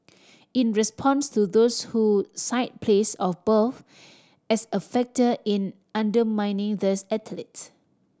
in response to those who cite place of birth as a factor in undermining these athletes